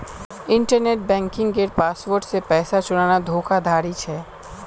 internet बन्किंगेर password से पैसा चुराना धोकाधाड़ी छे